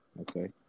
Okay